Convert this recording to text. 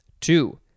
Two